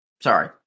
Sorry